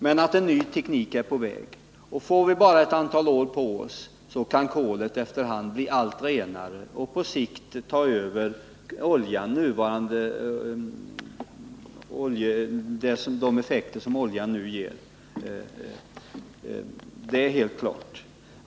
Men en ny teknik är på väg, och får vi bara ett antal år på oss kan kolet efter hand bli allt renare och på sikt ersätta oljan. Det är helt klart.